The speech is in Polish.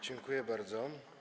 Dziękuję bardzo.